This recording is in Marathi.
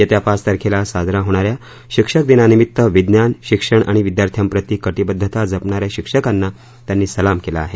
येत्या पाच तारखेला साजरा होणाऱ्या शिक्षक दिनानिमित्त विज्ञान शिक्षण आणि विद्यार्थ्यांप्रती कटीबद्धता जपणाऱ्या शिक्षकांना त्यांनी सलाम केला आहे